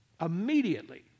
Immediately